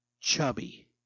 chubby